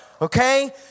okay